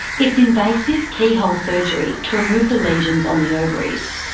it's invasive keyhole surgery to remove the lesions on the ovaries.